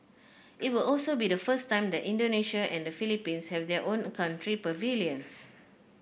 it will also be the first time that Indonesia and the Philippines have their own country pavilions